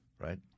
Right